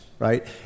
right